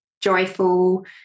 joyful